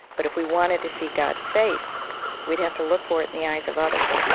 but if we wanted to see god's face we'd have to look for it in the eyes of others,